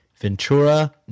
Ventura